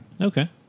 Okay